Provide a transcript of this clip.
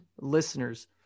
listeners